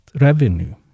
revenue